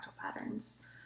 patterns